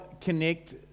connect